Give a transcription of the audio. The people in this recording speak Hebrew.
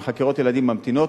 וחקירות הילדים ממתינות.